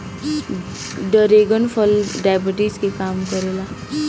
dragon फल diabetes के कम करेला